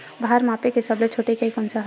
भार मापे के सबले छोटे इकाई कोन सा हरे?